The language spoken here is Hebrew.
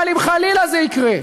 אבל אם חלילה זה יקרה,